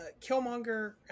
Killmonger